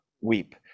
weep